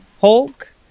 Hulk